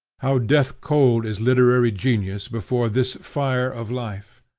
how death-cold is literary genius before this fire of life!